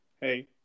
hey